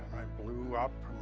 blew up.